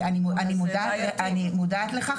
אני מודעת לכך,